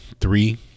three